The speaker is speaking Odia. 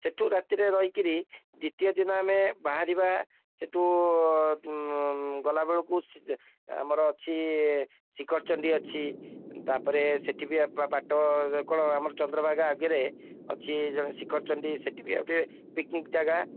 ସେଠୁ ରାତିରେ ରହିକରି ଦ୍ଵିତୀୟ ଦିନ ଆମେ ବାହାରିବା ସେଠୁ ଗଲାବେଳକୁ ଆମର ଅଛି ଶିଖରଚଣ୍ଡୀ ଅଛି ତା'ପରେ ସେଠି ବି ବାଟ କ'ଣ ଆମର ଚନ୍ଦ୍ରଭାଗା ଆଗରେ ଅଛି ଶିଖରଚଣ୍ଡୀ ସେଠି ବି ଏବେ ପିକ୍ନିକ୍ ଜାଗା